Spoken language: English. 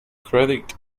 credit